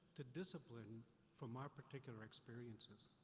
to discipline from our particular experiences?